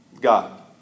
God